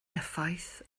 effaith